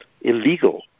illegal